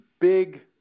big